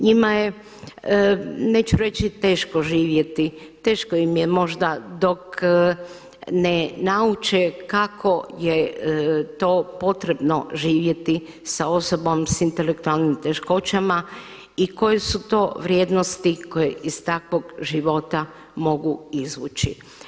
Njima je neću reći teško živjeti, teško im je možda dok ne nauče kako je to potrebno živjeti sa osobom s intelektualnim teškoćama i koje su to vrijednosti koje iz takvog života mogu izvući.